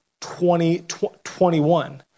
2021